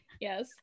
Yes